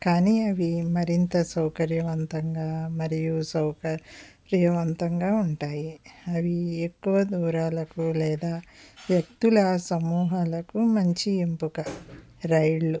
కానీ అవి మరింత సౌకర్యవంతంగా మరియు సౌకర్యవంతంగా ఉంటాయి అవి ఎక్కువ దూరాలకు లేదా వ్యక్తుల సముహాలకు మంచి ఎంపిక రైళ్ళు